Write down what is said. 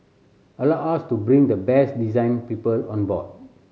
allowed us to bring the best design people on board